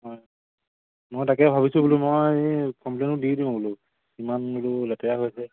হয় মই তাকে ভাবিছোঁ বোলো মই এই কমপ্লেইনটো দি দিও বোলো ইমান বোলো লেতেৰা হৈ আছে